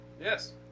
Yes